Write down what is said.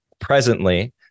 presently